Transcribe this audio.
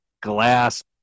glass